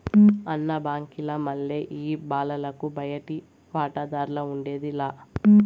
అన్న, బాంకీల మల్లె ఈ బాలలకు బయటి వాటాదార్లఉండేది లా